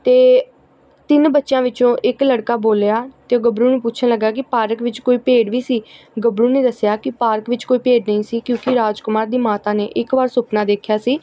ਤੇ ਤਿੰਨ ਬੱਚਿਆਂ ਵਿੱਚੋਂ ਇੱਕ ਲੜਕਾ ਬੋਲਿਆ ਅਤੇ ਗੱਭਰੂ ਨੂੰ ਪੁੱਛਣ ਲੱਗਿਆ ਕਿ ਪਾਰਕ ਵਿੱਚ ਕੋਈ ਭੇਡ ਵੀ ਸੀ ਗੱਭਰੂ ਨੇ ਦੱਸਿਆ ਕਿ ਪਾਰਕ ਵਿੱਚ ਕੋਈ ਭੇਡ ਨਹੀਂ ਸੀ ਕਿਉਂਕਿ ਰਾਜਕੁਮਾਰ ਦੀ ਮਾਤਾ ਨੇ ਇੱਕ ਵਾਰ ਸੁਪਨਾ ਦੇਖਿਆ ਸੀ